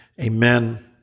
Amen